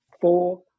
Four